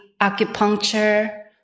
acupuncture